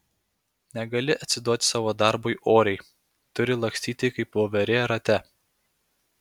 negali atsiduoti savo darbui oriai turi lakstyti kaip voverė rate